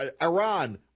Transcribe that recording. Iran